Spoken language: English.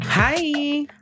Hi